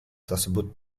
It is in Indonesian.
tersebut